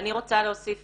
אני רוצה להוסיף